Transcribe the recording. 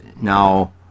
now